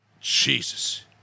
Jesus